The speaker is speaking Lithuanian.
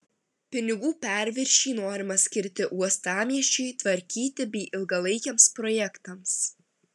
pinigų perviršį norima skirti uostamiesčiui tvarkyti bei ilgalaikiams projektams